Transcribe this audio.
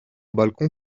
balcon